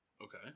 Okay